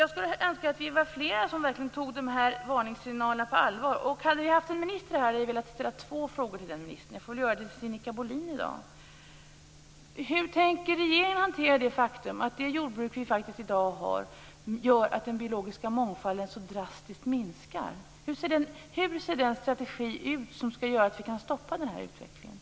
Jag skulle önska att vi var fler som verkligen tog de här varningssignalerna på allvar. Hade vi haft en minister här hade jag velat ställa två frågor till den ministern. Jag får väl göra det till Sinikka Bohlin i dag. Hur tänker regeringen hantera det faktum att det jordbruk vi i dag har gör att den biologiska mångfalden så drastiskt minskar? Hur ser den strategi ut som skall göra att vi kan stoppa den här utvecklingen?